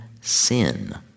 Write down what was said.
sin